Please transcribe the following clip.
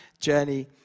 journey